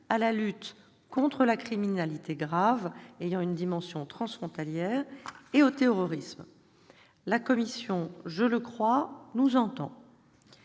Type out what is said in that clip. à la lutte contre la criminalité grave ayant une dimension transfrontalière et au terrorisme. La Commission, je le crois, nous entend.